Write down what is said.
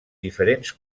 diferents